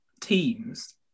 teams